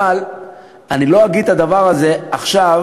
אבל לא אגיד את הדבר הזה עכשיו.